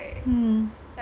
mm